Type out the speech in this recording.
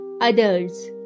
others